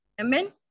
amen